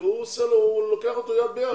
הוא לוקח אותו יד ביד.